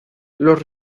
los